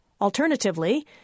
Alternatively